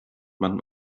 man